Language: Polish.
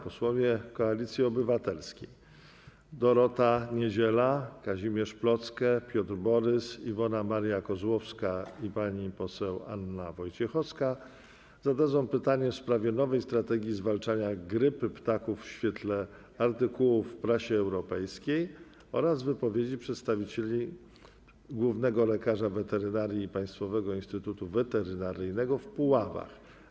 Posłowie Koalicji Obywatelskiej Dorota Niedziela, Kazimierz Plocke, Piotr Borys, Iwona Maria Kozłowska i Anna Wojciechowska zadadzą pytanie w sprawie nowej strategii zwalczania grypy ptaków w świetle artykułów w prasie europejskiej oraz wypowiedzi przedstawicieli głównego lekarza weterynarii i Państwowego Instytutu Weterynaryjnego w Puławach.